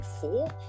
four